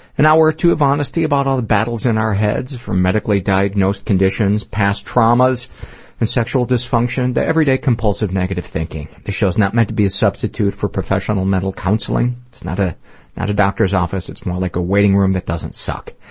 an hour or two of honesty about all the battles in our heads from medically diagnosed conditions, past traumas and sexual dysfunction to every day compulsive negative thinking. this show is not meant to be a substitute for professional medical counseling. it's not ah not a doctor's office. it's more like a waiting room that doesn't suck.